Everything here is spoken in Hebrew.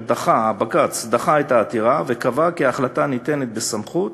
בג"ץ דחה את העתירה וקבע כי ההחלטה ניתנה בסמכות